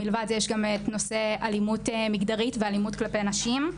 מלבד זה ישנו גם נושא אלימות מגדרית ואלימות כלפי נשים.